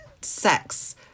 sex